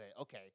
Okay